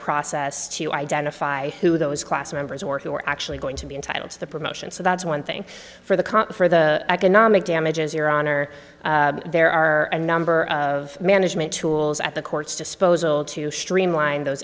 process to identify who those class members or who were actually going to be entitled to the promotion so that's one thing for the comp for the economic damages your honor there are a number of management tools at the courts disposal to streamline those